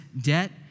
debt